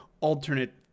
alternate